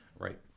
right